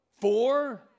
Four